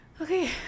okay